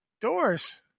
Doors